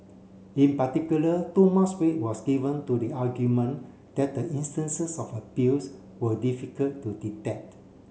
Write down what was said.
in particular too much weight was given to the argument that the instances of abuse were difficult to detect